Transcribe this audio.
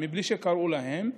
בלי שקראו להם,